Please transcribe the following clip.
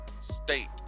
state